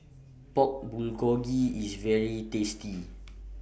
Pork Bulgogi IS very tasty